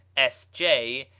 s j,